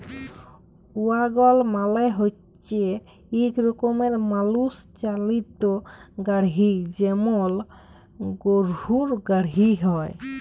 ওয়াগল মালে হচ্যে ইক রকমের মালুষ চালিত গাড়হি যেমল গরহুর গাড়হি হয়